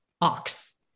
ox